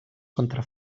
contra